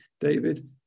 david